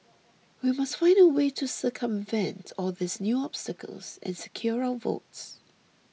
we must find a way to circumvent all these new obstacles and secure our votes